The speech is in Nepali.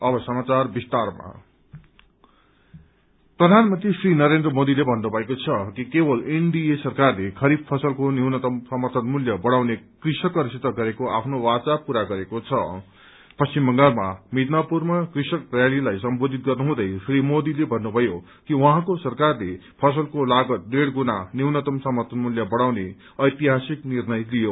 पीएम रयाली प्रधानमंत्री श्री सनरेन्द्र मोदीले भन्नुभएको छ कि केवल एनडिए सरकारले खरीफ फसलको न्यूनतम समर्थन मूल्य बढ़ाउने कृषकहरूसित गरेको आफ्नो वाचाा पूरा गरेको छं पश्चिम बंगालमा मिदनापुरमा कृषक रयालीलाई सम्बोधित गर्नुहुँदै श्री मोदीले भन्नुभ्नयो कि उहाँको सरकारले फसलको लागत डेढ़ गुणा न्यूनतम समर्थन मूल्य बढ़ाउने ऐतिहासिक निर्णय लियो